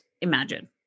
imagine